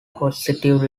positive